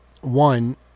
one